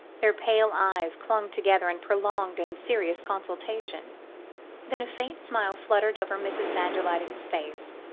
their pale eyes clung together in prolonged and serious consultation then a faint smile fluttered over mrs. van der luyden's face.